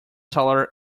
seller